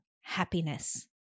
happiness